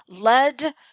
led